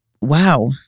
wow